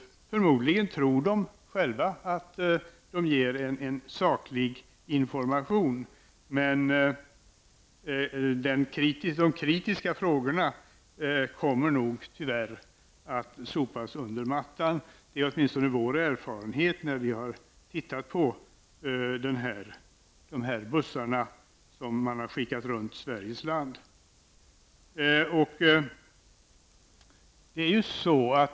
Förmodligen tror de själva att de ger en saklig information, men de kritiska frågorna kommer nog tyvärr att sopas under mattan. Det är åtminstone vår erfarenhet när vi har tittat på bussarna som man har skickat runt Sveriges land.